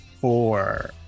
four